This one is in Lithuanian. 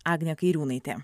agnė kairiūnaitė